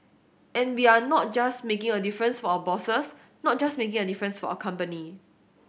and we are not just making a difference for our bosses not just making a difference for our company